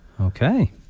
Okay